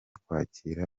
kwakira